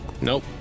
Nope